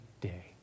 day